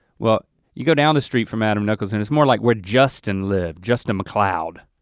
well you go down the street from adam nichols and it's more like where justin lived, justin mccloud.